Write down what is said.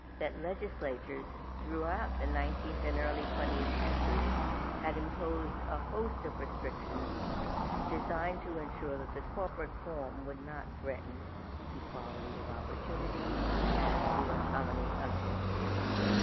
that legislatures throughout the nineteenth and early twentieth century had imposed a host of restrictions designed to ensure that the corporate form would not threaten equality of opportunity and the autonomy of individuals.